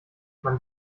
man